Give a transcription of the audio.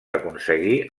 aconseguir